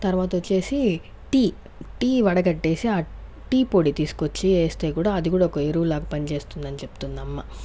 తర్వాత వచ్చేసి tea tea వడగట్టేసి ఆ టీ పొడి తీసుకొచ్చి వేస్తే కూడా అది కూడా ఒక ఎరువులాగా పనిచేస్తుంది అని చెబుతుంది అమ్మ